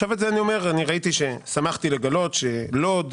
שמחתי לגלות שלוד,